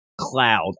Cloud